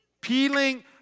Peeling